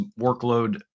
workload